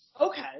Okay